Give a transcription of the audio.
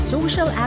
Social